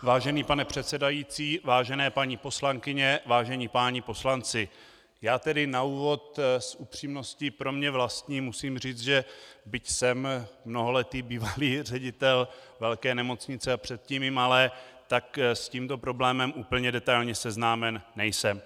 Vážený pane předsedající, vážené paní poslankyně, vážení páni poslanci, já tedy na úvod s upřímností pro mě vlastní musím říct, že byť jsem mnoholetý bývalý ředitel velké nemocnice a předtím i malé, tak s tímto problémem úplně detailně seznámen nejsem.